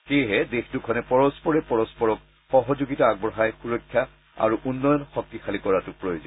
সেয়েহে দেশ দুখনে পৰস্পৰে পৰস্পৰক সহযোগিতা আগবঢ়াই সুৰক্ষা আৰু উন্নয়ন শক্তিশালী কৰাটো প্ৰয়োজন